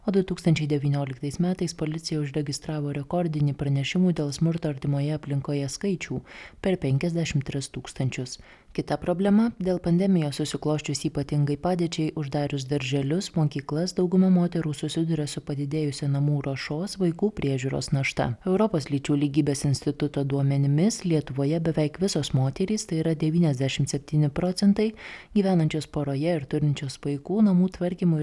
o du tūkstančiai devynioliktais metais policija užregistravo rekordinį pranešimų dėl smurto artimoje aplinkoje skaičių per penkiasdešimt tris tūkstančius kita problema dėl pandemijos susiklosčius ypatingai padėčiai uždarius darželius mokyklas dauguma moterų susiduria su padidėjusia namų ruošos vaikų priežiūros našta europos lyčių lygybės instituto duomenimis lietuvoje beveik visos moterys tai yra devyniasdešim septyni procentai gyvenančios poroje ir turinčios vaikų namų tvarkymui